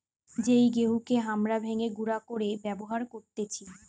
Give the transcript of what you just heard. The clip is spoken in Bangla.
যেই গেহুকে হামরা ভেঙে গুঁড়ো করে ব্যবহার করতেছি